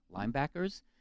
linebackers